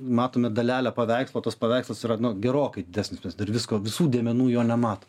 matome dalelę paveikslo tas paveikslas yra na gerokai didesnis mes dar visko visų dėmenų jo nematom